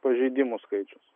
pažeidimų skaičius